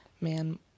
man